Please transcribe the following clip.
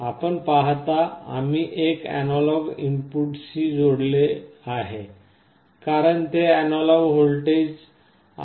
आपण पाहता आम्ही एक अॅनालॉग इनपुटशी जोडले आहे कारण ते एक अॅनालॉग व्होल्टेज आहे